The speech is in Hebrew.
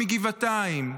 מגבעתיים,